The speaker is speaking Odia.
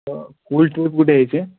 ତ ସ୍କୁଲ ଟୁର୍ ଗୋଟେ ହୋଇଛି